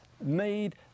made